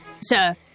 Sir